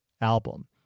album